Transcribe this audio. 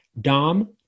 Dom